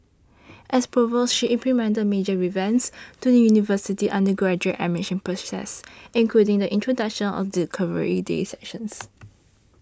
as provost she implemented major revamps to the university's undergraduate admission process including the introduction of the Discovery Day sessions